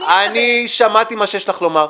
לדבר --- אני שמעתי מה שיש לך לומר.